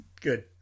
good